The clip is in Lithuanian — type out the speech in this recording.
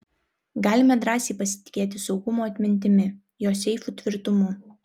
galime drąsiai pasitikėti saugumo atmintimi jo seifų tvirtumu